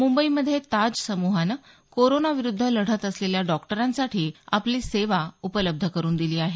मुंबईमध्ये ताज समुहानं कोरोनाविरुद्ध लढत असलेल्या डॉक्टरांसाठी आपली सेवा उपलब्ध करून दिली आहे